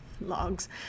logs